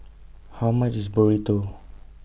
How much IS Burrito